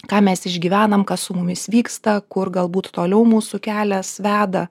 ką mes išgyvenam kas su mumis vyksta kur galbūt toliau mūsų kelias veda